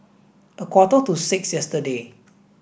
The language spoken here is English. a quarter to six yesterday